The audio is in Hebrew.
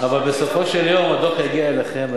אבל בסופו של יום הדוח יגיע אליכם,